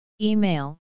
Email